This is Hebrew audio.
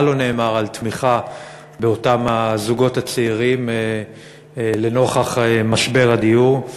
מה לא נאמר על תמיכה באותם הזוגות הצעירים לנוכח משבר הדיור,